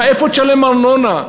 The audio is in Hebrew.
מאיפה תשלם ארנונה?